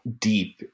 deep